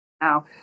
now